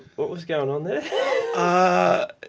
what was going on there? ah